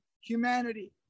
humanity